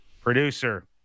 producer